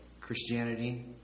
Christianity